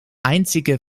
einzige